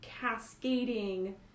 cascading